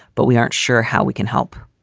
but we aren't sure how we can help.